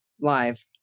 live